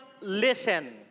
listen